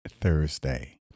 Thursday